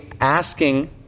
asking